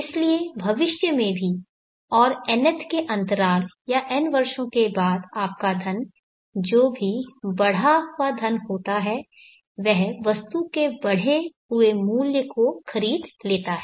इसलिए भविष्य में भी और nth के अंतराल या n वर्षों के बाद आपका धन जो भी बढ़ा हुआ धन होता है वह वस्तु के बढ़े हुए मूल्य को खरीद लेता है